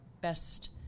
best